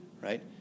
Right